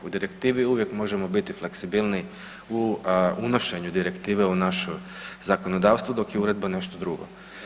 U direktivi uvijek možemo biti fleksibilniji, u unošenju direktive u naše zakonodavstvo, dok je uredba nešto drugo.